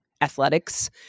athletics